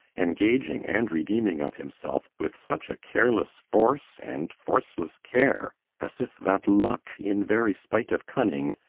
engaging and redeeming of himself with such a careless force and forceless care as if that luck, in very spite of cunning,